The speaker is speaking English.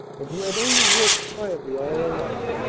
and who had only worked quietly all her life,